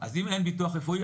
אז אם אין ביטוח רפואי,